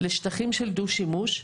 לשטחים של דו-שימוש,